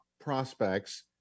prospects –